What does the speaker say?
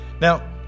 Now